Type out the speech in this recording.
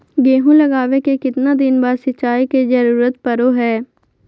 गेहूं लगावे के कितना दिन बाद सिंचाई के जरूरत पड़ो है?